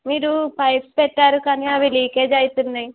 మీరు పైప్స్ పెట్టారు కానీ అవి లీకేజ్ అవుతున్నాయి